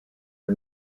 for